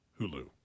Hulu